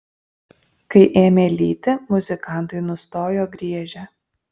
kai ėmė lyti muzikantai nustojo griežę